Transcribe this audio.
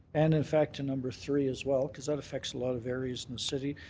and in fact to number three as well, because that affects a lot of areas in the city,